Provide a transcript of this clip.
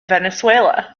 venezuela